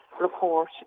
report